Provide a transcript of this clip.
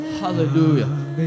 hallelujah